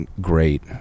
great